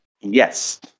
Yes